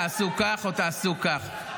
תעשו כך או תעשו כך.